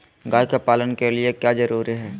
गाय के पालन के लिए क्या जरूरी है?